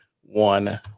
one